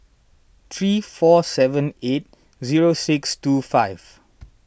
three four seven eight zero six two five